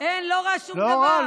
אין, לא רע שום דבר,